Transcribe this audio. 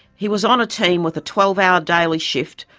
he was on a team with a twelve hour daily shift,